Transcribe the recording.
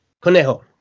Conejo